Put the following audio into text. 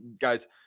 guys